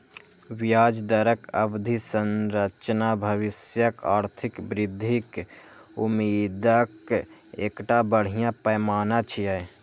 ब्याज दरक अवधि संरचना भविष्यक आर्थिक वृद्धिक उम्मीदक एकटा बढ़िया पैमाना छियै